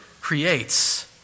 creates